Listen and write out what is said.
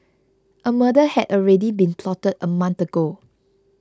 a murder had already been plotted a month ago